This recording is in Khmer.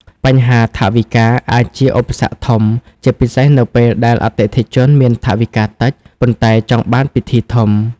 បញ្ហាថវិកា អាចជាឧបសគ្គធំ ជាពិសេសនៅពេលដែលអតិថិជនមានថវិកាតិច ប៉ុន្តែចង់បានពិធីធំ។